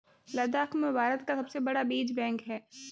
लद्दाख में भारत का सबसे बड़ा बीज बैंक है